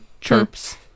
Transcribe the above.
Chirps